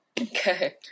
Okay